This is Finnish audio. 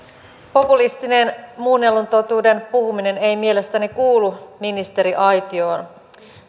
populistinen muunnellun totuuden puhuminen ei mielestäni kuulu ministeriaitioon